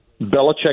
Belichick